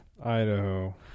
Idaho